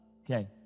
okay